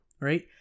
Right